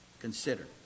consider